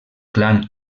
clan